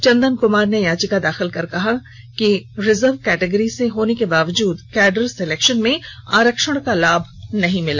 चंदन कुमार ने याचिका दाखिल कर कहा है कि रिजर्व कैटगरी से होने के बाद भी कैडर सेलेक्शन में आरक्षण का लाभ नहीं मिला